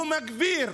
הוא מגביר